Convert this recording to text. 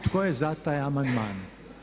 Tko je za taj amandman?